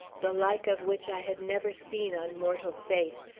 the like of which i had never seen on mortal face,